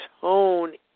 tone